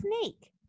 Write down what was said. snake